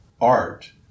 art